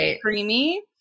creamy